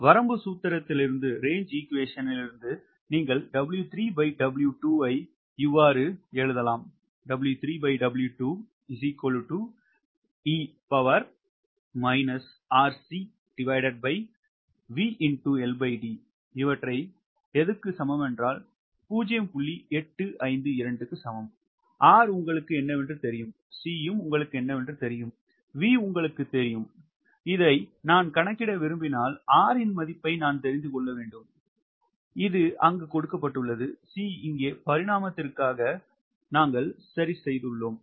வரம்பு சூத்திரத்திலிருந்து நீங்கள் 𝑊3𝑊2 ஐ இவ்வாறு எழுதலாம் R உங்களுக்குத் தெரியும் C உங்களுக்குத் தெரியும் V உங்களுக்குத் தெரியும் இதை நான் கணக்கிட விரும்பினால் R இன் மதிப்பை நான் தெரிந்து கொள்ள வேண்டும் இது அங்கு கொடுக்கப்பட்டுள்ளது C இங்கே பரிமாணத்திற்காக நாங்கள் சரிசெய்துள்ளோம்